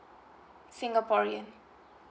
singaporean